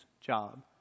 job